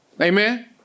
Amen